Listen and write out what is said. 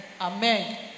amen